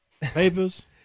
papers